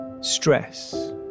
stress